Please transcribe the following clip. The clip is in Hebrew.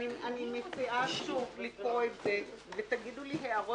אני מציעה שוב לקרוא את זה ותגידו לי הערות